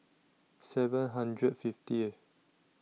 seven hundred fiftieth